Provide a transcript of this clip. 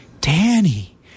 Danny